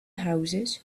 houses